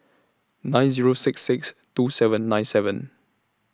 nine Zero six six two seven nine seven